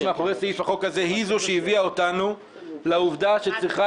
מאחורי הסעיף הזה היא זאת שהביאה אותנו לעובדה שצריכה